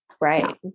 right